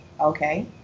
okay